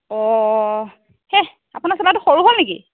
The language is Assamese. অঁ হেহ্ আপোনাৰ চোলাটো সৰু হ'ল নেকি